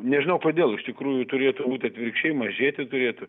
nežinau kodėl iš tikrųjų turėtų būt atvirkščiai mažėti turėtų